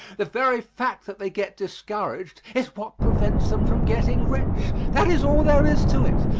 the very fact that they get discouraged is what prevents them from getting rich. that is all there is to it.